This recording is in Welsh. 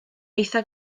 eitha